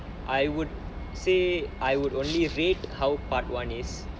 I would say I would only rate how part one is